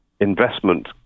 investment